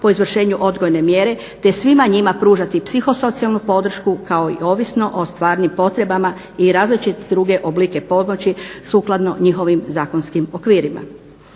po izvršenju odgojne mjere te svima njima pružati psihosocijalnu podršku kao i ovisno o stvarnim potrebama i različite druge oblike pomoći sukladno njihovim zakonskim okvirima.